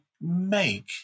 make